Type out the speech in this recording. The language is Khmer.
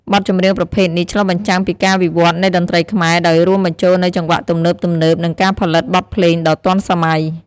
បទចម្រៀងប្រភេទនេះឆ្លុះបញ្ចាំងពីការវិវត្តន៍នៃតន្ត្រីខ្មែរ ដោយរួមបញ្ចូលនូវចង្វាក់ទំនើបៗ និងការផលិតបទភ្លេងដ៏ទាន់សម័យ។